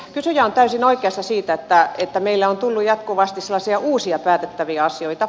kysyjä on täysin oikeassa siinä että meille on tullut jatkuvasti sellaisia uusia päätettäviä asioita